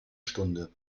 stunde